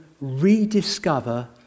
rediscover